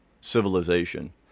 civilization